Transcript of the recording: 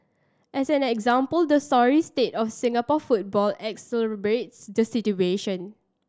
as an example the sorry state of Singapore football exacerbates the situation